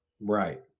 right